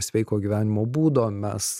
sveiko gyvenimo būdo mes